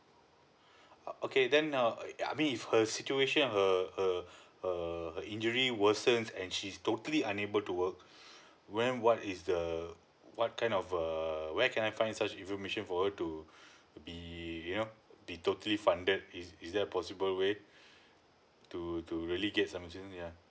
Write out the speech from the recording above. oh okay then uh yeah I mean if her situation and her her her injury worsens and she's totally unable to work when what is the what kind of err where can I find such information for her to be you know be totally funded is is there a possible way to to really get some assistance yeah